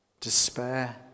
Despair